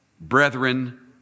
brethren